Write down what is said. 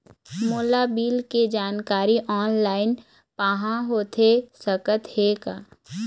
मोला बिल के जानकारी ऑनलाइन पाहां होथे सकत हे का?